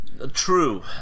True